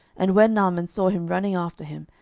and when naaman saw him running after him,